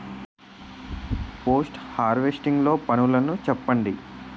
Post harvesting లో పనులను చెప్పండి?